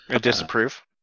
Disapprove